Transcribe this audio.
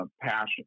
passion